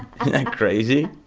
crazy,